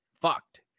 fucked